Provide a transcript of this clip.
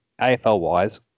AFL-wise